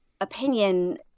opinion